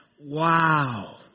Wow